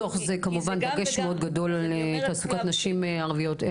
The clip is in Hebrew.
בתוך זה דגש מאוד גדול על תעסוקת נשים ערביות.